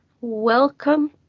welcome